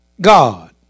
God